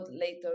later